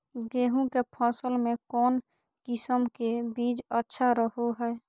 गेहूँ के फसल में कौन किसम के बीज अच्छा रहो हय?